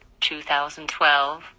2012